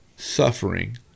Suffering